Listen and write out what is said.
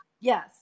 Yes